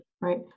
right